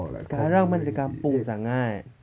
sekarang mana ada kampung sangat